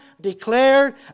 declared